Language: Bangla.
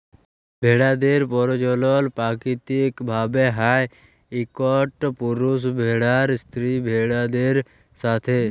ভেড়াদের পরজলল পাকিতিক ভাবে হ্যয় ইকট পুরুষ ভেড়ার স্ত্রী ভেড়াদের সাথে